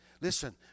Listen